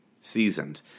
seasoned